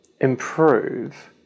improve